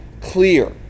clear